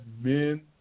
Men